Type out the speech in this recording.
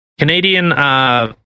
Canadian